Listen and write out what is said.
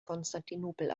konstantinopel